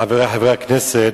חברי חברי הכנסת,